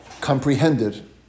comprehended